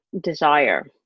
desire